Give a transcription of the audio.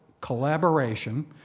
collaboration